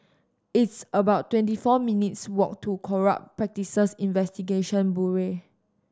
it's about twenty four minutes' walk to Corrupt Practices Investigation Bureau